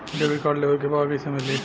Debit card लेवे के बा कईसे मिली?